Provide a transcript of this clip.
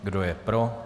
Kdo je pro?